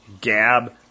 Gab